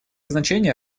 значение